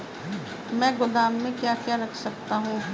मैं गोदाम में क्या क्या रख सकता हूँ?